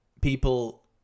people